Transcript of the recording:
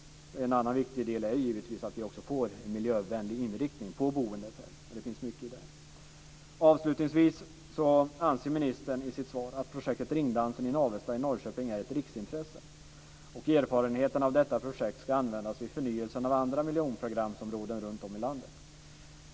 En annan viktig del är givetvis att vi också får en miljövänlig inriktning på boendet. Avslutningsvis anser ministern i sitt svar att projektet Ringdansen i Navestad i Norrköping är av riksintresse. Erfarenheten av detta projektet ska användas vid förnyelsen av andra miljonprogramsområden runt om i landet.